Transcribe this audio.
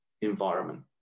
environment